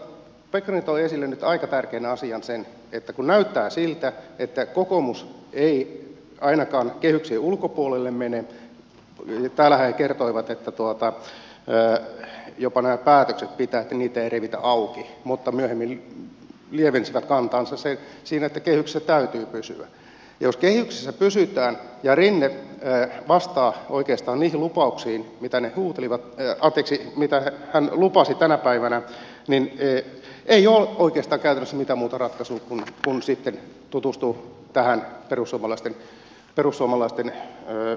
mutta pekkarinen toi esille nyt aika tärkeän asian sen että kun näyttää siltä että kokoomus ei ainakaan kehyksien ulkopuolelle mene täällähän he kertoivat että jopa nämä päätökset pitävät että niitä ei revitä auki mutta myöhemmin lievensivät kantaansa siinä että kehyksissä täytyy pysyä niin jos kehyksissä pysytään ja rinne vastaa oikeastaan niihin lupauksiin mitä ne muut olivat vitsit mitä hän lupasi tänä päivänä niin ei ole käytännössä oikein mitään muuta ratkaisua kuin sitten tutustua tähän meidän perussuomalaisten vaihtoehdon kehyksiin